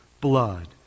blood